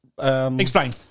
Explain